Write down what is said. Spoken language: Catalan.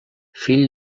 fill